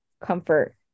comfort